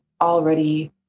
already